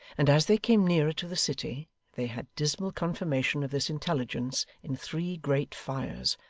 and as they came nearer to the city they had dismal confirmation of this intelligence in three great fires,